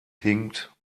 hinkt